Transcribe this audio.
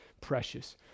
precious